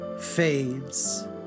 fades